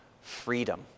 freedom